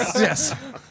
yes